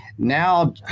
Now